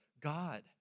God